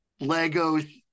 Legos